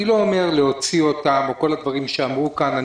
אני לא אומר להוציא אותם או כל הדברים שאמרו כאן.